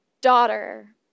Daughter